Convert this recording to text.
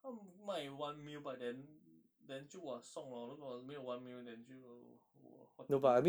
他卖 one mil by then then 就 !wah! song lor 如果没有 one mill then 就 !wah! what to do